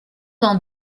dans